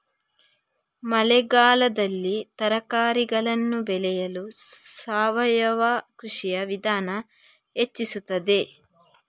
ಮಳೆಗಾಲದಲ್ಲಿ ತರಕಾರಿಗಳನ್ನು ಬೆಳೆಯಲು ಸಾವಯವ ಕೃಷಿಯ ವಿಧಾನ ಹೆಚ್ಚಿಸುತ್ತದೆ?